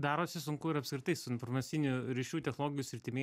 darosi sunku ir apskritai su informacinių ryšių technologijų sritimi